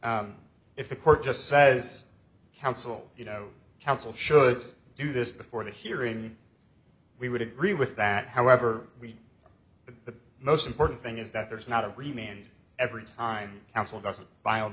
rule if the court just says counsel you know counsel should do this before the hearing we would agree with that however we the most important thing is that there's not a reason and every time counsel doesn't buy all